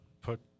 put